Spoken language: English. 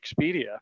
Expedia